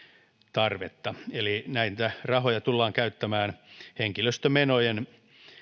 tarvetta eli näitä rahoja tullaan käyttämään henkilöstömenojen